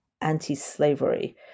anti-slavery